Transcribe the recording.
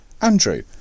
Andrew